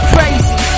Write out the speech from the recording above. Crazy